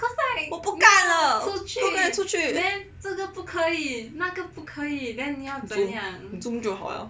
我不干了不可以出去 Zoom Zoom 就好了